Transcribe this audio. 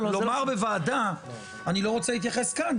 לומר בוועדה "אני לא רוצה להתייחס כאן",